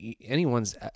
anyone's